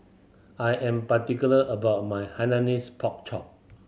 I am particular about my Hainanese Pork Chop